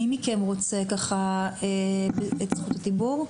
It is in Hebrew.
מי מכם רוצה את זכות הדיבור?